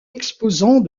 exposant